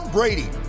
Brady